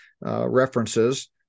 references